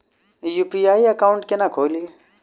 UPI account केना खोलि?